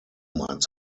meinst